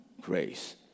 grace